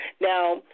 Now